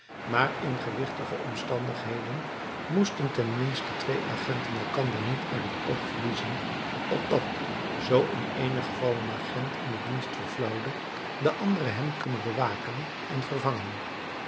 maar in gewichtige omstandigheden moesten ten minste twee agenten elkander niet uit het oog verliezen opdat zoo in eenig geval een agent in den dienst verflauwde de andere hem kunne bewaken en vervangen